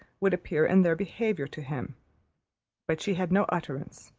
would appear in their behaviour to him but she had no utterance,